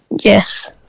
Yes